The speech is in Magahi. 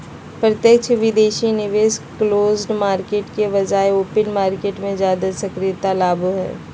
प्रत्यक्ष विदेशी निवेश क्लोज्ड मार्केट के बजाय ओपन मार्केट मे ज्यादा सक्रियता लाबो हय